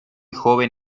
joven